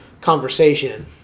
conversation